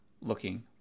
looking